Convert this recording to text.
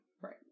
Right